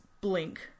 blink